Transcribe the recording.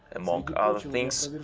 among other things,